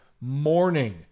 morning